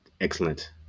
excellent